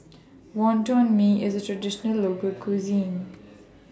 Wonton Mee IS A Traditional Local Cuisine